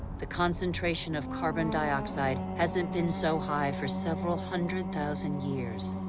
the concentration of carbon dioxide hasn't been so high for several hundred thousand years.